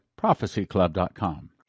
prophecyclub.com